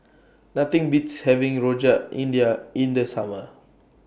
Nothing Beats having Rojak India in The Summer